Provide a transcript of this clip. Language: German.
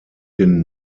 den